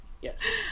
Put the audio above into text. Yes